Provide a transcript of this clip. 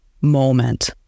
moment